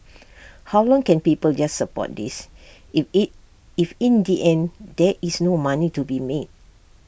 how long can people just support this if IT if in the end there is no money to be made